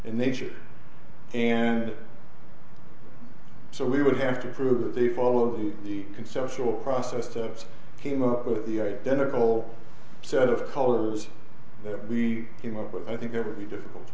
and nature and so we would have to prove that they followed the conceptual process that came up with the identical set of colors that we came up with i think it would be difficult